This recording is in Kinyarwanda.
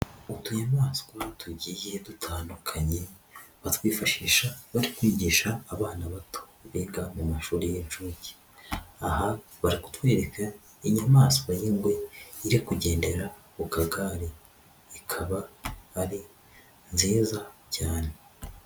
Utuhiyamaswa tugiye dutandukanye, bakwifashisha bari kwigisha abana bato biga mu mashuri y'inshuke. Aha baratwereka inyamaswa y'ingwe iri kugendera ku kagare, ikaba ari nziza cyane.